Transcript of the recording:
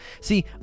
See